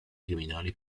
criminali